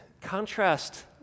contrast